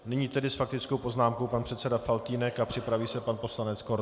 Nyní tedy s faktickou poznámkou pan předseda Faltýnek a připraví se pan poslanec Korte.